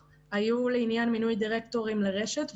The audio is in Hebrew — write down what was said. הנושא הוא מינוי דירקטורים בחברות הממשלתיות.